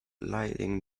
lighting